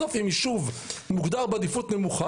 בסוף אם יישוב מוגדר בעדיפות נמוכה,